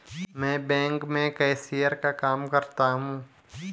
मैं बैंक में कैशियर का काम करता हूं